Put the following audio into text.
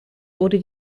wurde